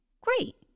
Great